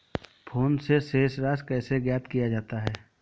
Phone से शेष राशि कैसे ज्ञात किया जाता है?